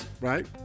right